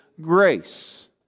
grace